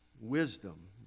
wisdom